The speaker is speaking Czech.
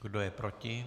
Kdo je proti?